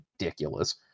ridiculous